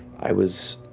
i was